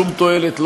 שום תועלת,